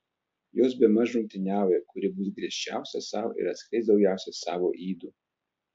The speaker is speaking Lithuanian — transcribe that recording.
jos bemaž rungtyniauja kuri bus griežčiausia sau ir atskleis daugiausiai savo ydų